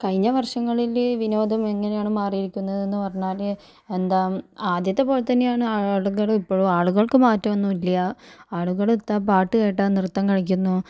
കഴിഞ്ഞ വർഷങ്ങളില് വിനോദം എങ്ങനെയാണ് മാറിയിരിക്കുന്നത് എന്ന് പറഞ്ഞാല് എന്താ ആദ്യത്ത പോലെത്തന്നെയാണ് ആളുകൾ ഇപ്പോഴും ആളുകൾക്ക് മാറ്റം ഒന്നുമില്ല ആളുകൾ പാട്ട് കേട്ടാൽ നൃത്തം കളിക്കുന്നു